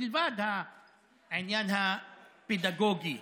מלבד העניין הפדגוגי,